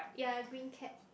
ya green cap